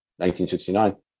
1969